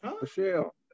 Michelle